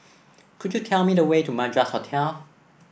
could you tell me the way to Madras Hotel